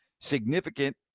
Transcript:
Significant